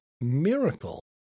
miracle